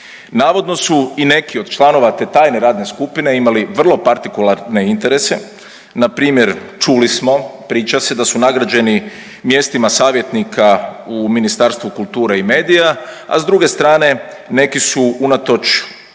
Navodno su i neki od članova te tajne radne skupine imali vrlo partikularne interese, npr. čuli smo, priča se da su nagrađeni mjestima savjetnika u Ministarstvu kulture i medija, a s druge strane neki su unatoč kršenju